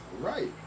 Right